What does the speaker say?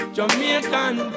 Jamaican